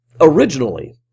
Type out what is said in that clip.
originally